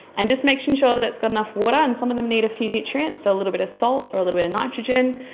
and just making sure that it's got enough water, and some of them need a few nutrients, so a little bit of salt or a little bit of nitrogen,